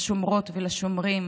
לשומרות ולשומרים,